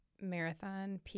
marathon